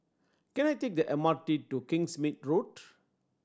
can I take the M R T to Kingsmead Road